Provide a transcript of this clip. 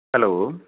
hello